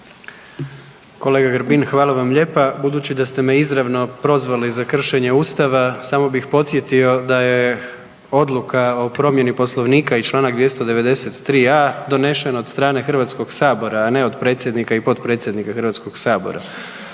Kolega Grbin, hvala vam lijepa. Budući da ste me izravno prozvali za kršenje ustava samo bih podsjetio da je odluka o promjeni Poslovnika i čl. 293a. donesen od strane HS, a ne od predsjednika i potpredsjednika HS. Dakle,